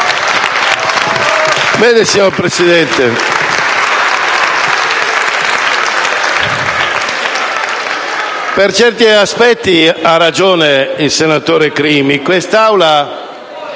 Vede, signor Presidente, per certi aspetti ha ragione il senatore Crimi: quest'Aula